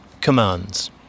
commands